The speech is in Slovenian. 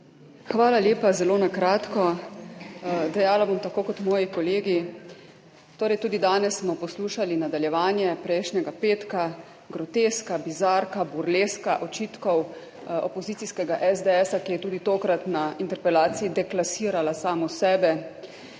Hvala lepa. Zelo na kratko dejala bom tako kot moji kolegi. Torej tudi danes smo poslušali nadaljevanje prejšnjega petka, groteska, bizarka, burleska očitkov opozicijskega SDS, ki je tudi tokrat na interpelaciji deklasirala samo sebe.